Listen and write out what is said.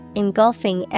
engulfing